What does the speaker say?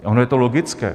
A ono je to logické.